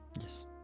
Yes